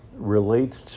relates